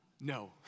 No